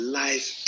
life